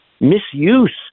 misuse